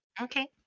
Okay